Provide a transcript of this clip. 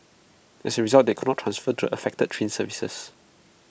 as A result they could not transfer the affected train services